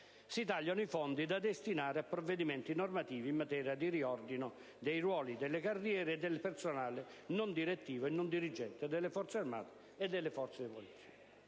Si tagliano i fondi da destinare a provvedimenti normativi in materia di riordino dei ruoli e delle carriere del personale non direttivo e non dirigente delle Forze armate e delle Forze di polizia.